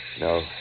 No